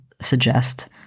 suggest